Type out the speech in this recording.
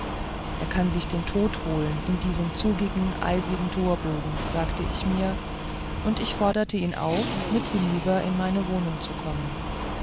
er kann sich den tod holen in diesem zugigen eisigen torbogen sagte ich mir und ich forderte ihn auf mit hinüber in meine wohnung zu kommen